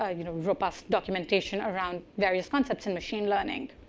ah you know, robust documentation around various concepts in machine learning.